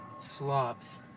slobs